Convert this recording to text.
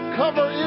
cover